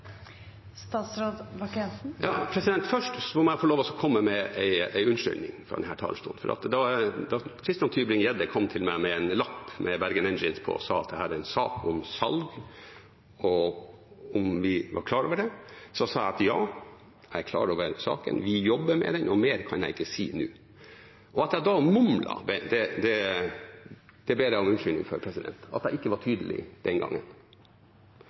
Først må jeg få lov til å komme med en unnskyldning fra denne talerstolen. Da Tybring-Gjedde kom til meg med en lapp med Bergen Engines på og sa at dette var en sak om salg, om vi var klar over det, sa jeg: Ja, jeg er klar over saken; vi jobber med den, og mer kan jeg ikke si nå. At jeg da mumlet, det ber jeg om unnskyldning for, at jeg ikke var tydelig den gangen.